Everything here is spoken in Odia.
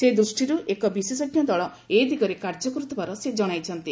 ସେଦୃଷ୍ଟିରୁ ଏକ ବିଶେଷଜ୍ଞ ଦଳ ଏ ଦିଗରେ କାର୍ଯ୍ୟ କରୁଥିବାର ସେ ଜଣାଇଛନ୍ତି